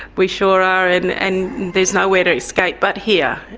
we sure are, and and there is nowhere to escape but here.